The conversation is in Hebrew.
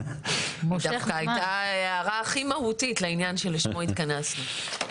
דווקא זו הייתה ההערה הכי מהותית לעניין שלשמו התכנסנו.